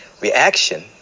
Reaction